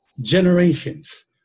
generations